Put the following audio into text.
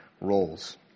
roles